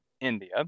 India